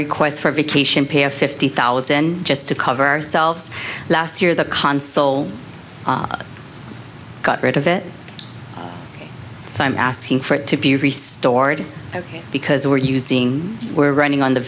request for a vacation pay of fifty thousand just to cover ourselves last year the console got rid of it so i'm asking for it to be restored ok because we're using we're running on the